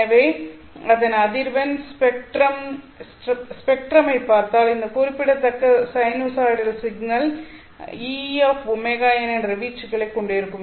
எனவே அதன் அதிர்வெண் spectrum ஸ்பெக்ட்ரம் ஐ பார்த்தால் இந்த குறிப்பிடத்தக்க சைனுசாய்டல் சிக்னல் Eωn என்ற வீச்சுகளைக் கொண்டிருக்கும்